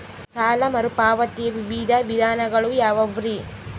ಸಾಲ ಮರುಪಾವತಿಯ ವಿವಿಧ ವಿಧಾನಗಳು ಯಾವ್ಯಾವುರಿ?